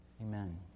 Amen